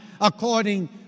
according